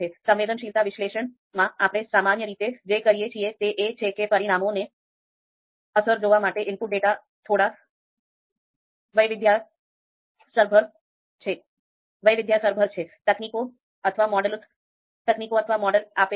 સંવેદનશીલતા વિશ્લેષણમાં આપણે સામાન્ય રીતે જે કરીએ છીએ તે એ છે કે પરિણામોને અસર જોવા માટે ઇનપુટ ડેટા થોડો વૈવિધ્યસભર છે